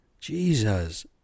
Jesus